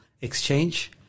exchange